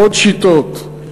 עוד שיטות,